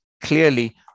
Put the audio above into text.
Clearly